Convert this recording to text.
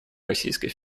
российской